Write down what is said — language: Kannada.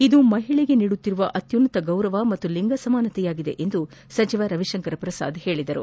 ಇದು ಮಹಿಳೆಗೆ ನೀಡುತ್ತಿರುವ ಗೌರವ ಹಾಗೂ ಲಿಂಗ ಸಮಾನತೆಯಾಗಿದೆ ಎಂದು ಸಚಿವ ರವಿಶಂಕರ್ ಪ್ರಸಾದ್ ಹೇಳಿದರು